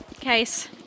case